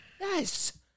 Yes